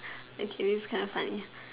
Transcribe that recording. actually it's kind of funny